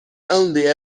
only